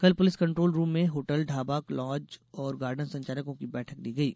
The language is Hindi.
कल पुलिस कंट्रोल रूम में होटल ढाबा लॉज और गार्डन संचालकों की बैठक ली गयी